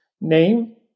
name